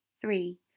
three